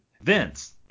Vince